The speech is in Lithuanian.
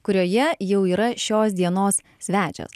kurioje jau yra šios dienos svečias